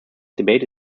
debate